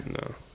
No